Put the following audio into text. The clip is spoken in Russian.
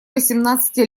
восемнадцати